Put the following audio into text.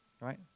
Right